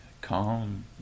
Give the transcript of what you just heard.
calm